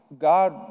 God